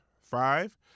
Five